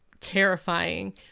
terrifying